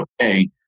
okay